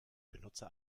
benutzer